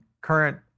current